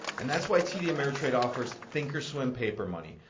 and that's why td ameritrade offers thinkorswim papermoney,